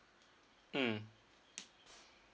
mm